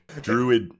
druid